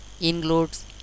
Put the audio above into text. includes